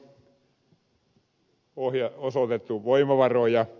siihen on osoitettu voimavaroja